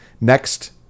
next